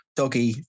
doggy